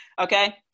Okay